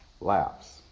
laughs